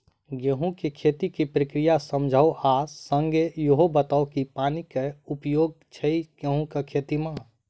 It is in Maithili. गेंहूँ केँ खेती केँ प्रक्रिया समझाउ आ संगे ईहो बताउ की पानि केँ की उपयोग छै गेंहूँ केँ खेती में?